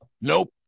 Nope